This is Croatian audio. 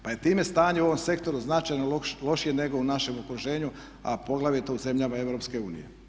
Pa je time stanje u ovom sektoru značajno lošije nego u našem okruženju a poglavito u zemljama EU.